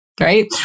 Right